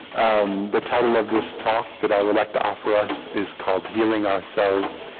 um the title of this talk that i would like to offer us is called healing ourselves,